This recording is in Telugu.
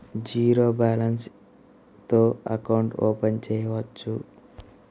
జీరో బాలన్స్ తో అకౌంట్ ఓపెన్ చేయవచ్చు?